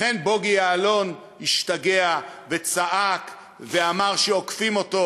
לכן בוגי יעלון השתגע וצעק ואמר שעוקפים אותו.